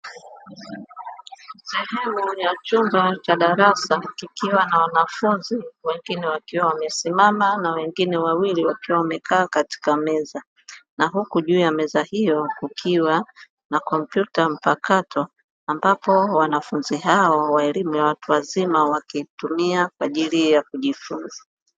Sehemu ya chumba cha darasa kikiwa na wanafunzi wengine wakiwa wamesimama na wengine wawili wakiwa wamekaa katika meza, na huku juu ya meza hiyo kukiwa na kompyuta mpakato ambapo wanafunzi hao wa elimu ya watu wazima wakitumia kwa ajili ya kujifunza.